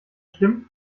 stimmt